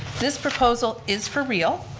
this proposal is for real.